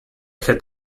had